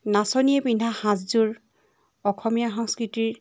নাচনীয়ে পিন্ধা সাজযোৰ অসমীয়া সংস্কৃতিৰ